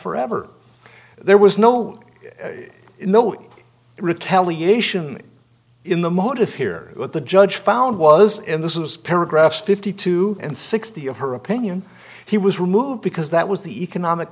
forever there was no no retaliate in the motive here what the judge found was in this is paragraph fifty two and sixty of her opinion he was removed because that was the economic